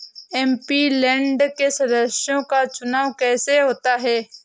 MP land के सदस्यों का चुनाव कैसे होता है?